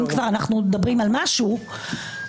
כך עומק הפוליטיזציה של בית המשפט.